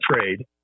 trade